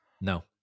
No